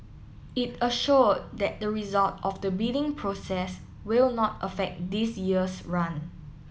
it assured that the result of the bidding process will not affect this year's run